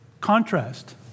Contrast